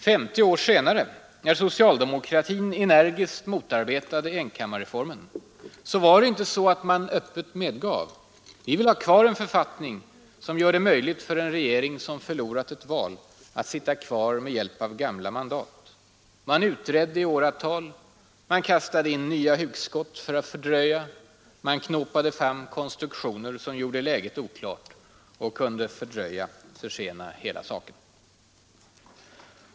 Femtio år senare, när socialdemokratin energiskt motarbetade enkammarreformen, var det inte så att man öppet medgav: Vi vill ha kvar en författning som gör det möjligt för en regering som förlorat ett val att sitta kvar med hjälp av gamla mandat. Man utredde i åratal, man kastade in nya hugskott för att fördröja, man knåpade fram konstruktioner som gjorde läget oklart och kunde försena hela saken.